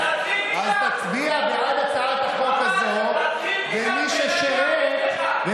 תצביע בעד הצעת החוק הזאת ומי ששירת,